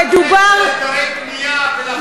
מדובר, מה הקשר להיתרי בנייה ולחוק?